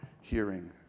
hearing